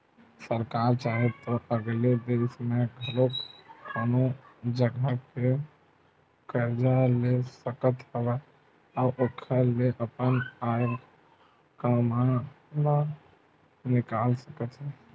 सरकार चाहे तो अलगे देस ले घलो कोनो जघा ले करजा ले सकत हवय अउ ओखर ले अपन आय काम ल निकाल सकत हे